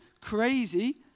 crazy